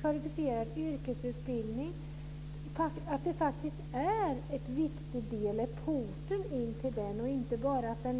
Kvalificerad yrkesutbildning är porten in.